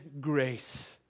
grace